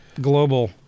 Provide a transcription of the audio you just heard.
global